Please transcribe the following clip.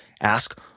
ask